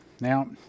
Now